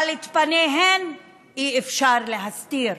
אבל את פניהן אי-אפשר להסתיר,